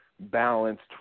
balanced